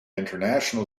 international